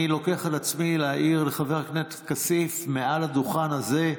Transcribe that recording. אני לוקח על עצמי להעיר לחבר הכנסת כסיף מעל הדוכן הזה.